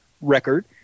record